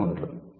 గా ఉంటుంది